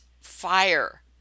fire